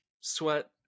sweat